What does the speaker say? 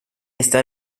está